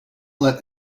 let